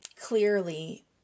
clearly